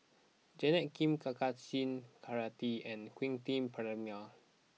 Janet Lim Kartar Singh Thakral and Quentin Pereira